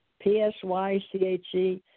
p-s-y-c-h-e